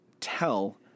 tell